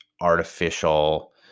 artificial